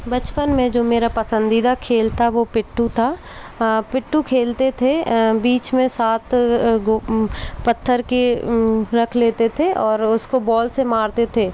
बचपन में जो मेरा पसंदीदा खेल था वो पिट्टू था पिट्टू खेलते थे बीच में सात पत्थर के रख लेते थे और उस को बॉल से मारते थे